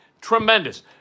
tremendous